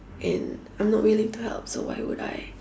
and I'm not willing to help so why would I